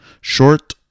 short